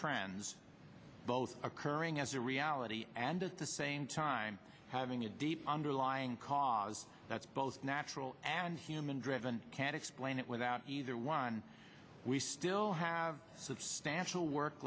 trends both occurring as a reality and as the same time having a deep underlying cause that's both natural and human driven can't explain it without either one we still have substantial work